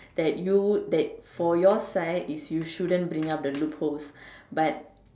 that you that for your side if you shouldn't bring up the loopholes but